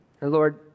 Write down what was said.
Lord